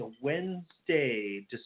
Wednesday